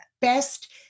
best